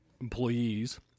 employees